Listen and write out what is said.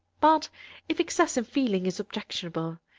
but if excess in feeling is objectionable,